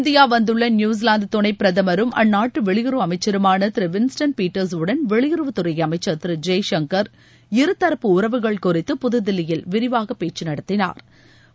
India வந்துள்ள New Zealand துணை பிரதமரும் அந்நாட்டு வெளியுறவு அமைச்சருமான திரு வின்ஸ்டன் பீட்டர்ஸ் வுடன் வெளியுறவுத் துறை அமைச்சர் திரு ஜெய்சங்கர் இருதரப்பு உறவுகள் குறித்து புதுதில்லியில் விரிவாக பேச்சு நடத்தினாா்